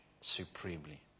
supremely